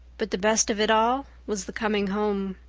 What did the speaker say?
but the best of it all was the coming home.